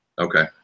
Okay